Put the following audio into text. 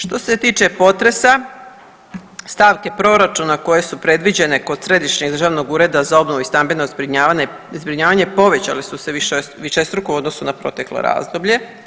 Što se tiče potresa, stavke proračuna koje su predviđene kod Središnjeg državnog ureda za obnovu i stambeno zbrinjavanje povećale su se višestruko u odnosu na proteklo razdoblje.